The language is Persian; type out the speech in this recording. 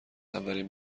اولین